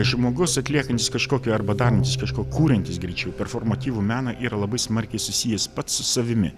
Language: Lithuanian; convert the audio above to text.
žmogus atliekantis kažkokį arba darantis kažko kuriantis greičiau performatyvų meną yra labai smarkiai susijęs pats su savimi